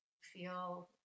feel